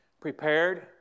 prepared